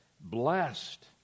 blessed